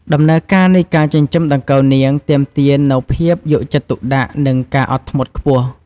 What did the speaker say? ដំណើរការនៃការចិញ្ចឹមដង្កូវនាងទាមទារនូវភាពយកចិត្តទុកដាក់ និងការអត់ធ្មត់ខ្ពស់។